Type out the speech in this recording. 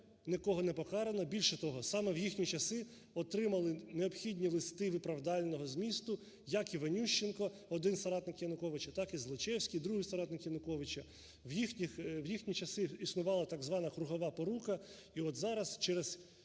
нікого не покарано. Більше того, саме в їхні часи отримали необхідні листи виправдального змісту Яків Онющенко, один соратник Януковича, так і Злочевський, другий соратник Януковича. В їхні часи існувала так звана "кругова порука", і от зараз, через